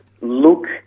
look